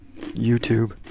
YouTube